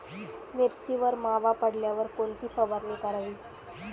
मिरचीवर मावा पडल्यावर कोणती फवारणी करावी?